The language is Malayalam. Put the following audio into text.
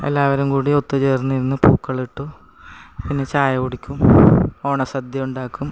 എല്ലാവരും കൂടി ഒത്തു ചേർന്നിരുന്നു പൂക്കളിട്ടു പിന്നെ ചായ കുടിക്കും ഓണ സദ്യ ഉണ്ടാക്കും